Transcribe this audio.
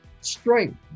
strength